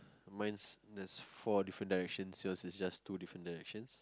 mine's there's four different directions yours is just two different directions